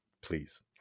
please